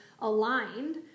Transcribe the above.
aligned